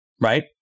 Right